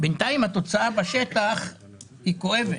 בניתים התוצאה בשטח היא כואבת.